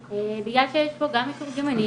בגלל שיש פה גם מתורגמנים,